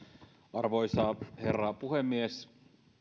arvoisa herra puhemies